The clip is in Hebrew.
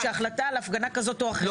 משום שההחלטה על הפגנה כזאת או אחרת,